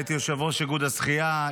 הייתי יושב-ראש איגוד השחייה,